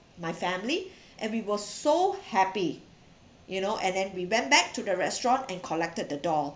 my family and we were so happy you know and then we went back to the restaurant and collected the doll